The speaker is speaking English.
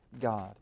God